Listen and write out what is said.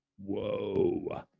Whoa